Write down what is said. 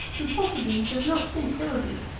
who possibly does not think ill of you,